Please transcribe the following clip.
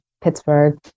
Pittsburgh